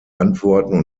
antworten